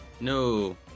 No